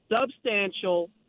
substantial